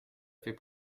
fait